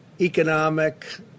economic